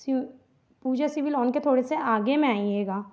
सिव पूजा सिविलॉन के थोड़े से आगे में आइएगा